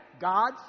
God's